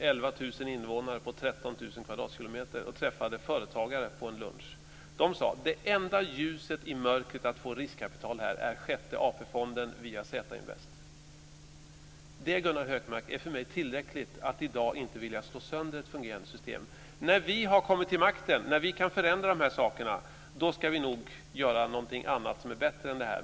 Det är 11 000 invånare på 13 000 kvadratkilometer. Jag träffade företagare på en lunch. De sade: Det enda ljuset i mörkret när det gäller att få riskkapital här är Sjätte AP fonden via Z-Invest. Det, Gunnar Hökmark, är tillräckligt för att jag i dag inte vill slå sönder ett fungerande system. När vi har kommit till makten och när vi kan förändra dessa saker ska vi nog göra någonting annat som är bättre än det här.